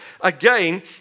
Again